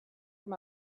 from